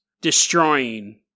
destroying